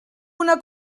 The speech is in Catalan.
una